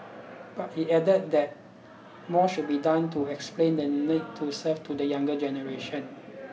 but he added that more should be done to explain the need to serve to the younger generation